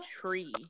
tree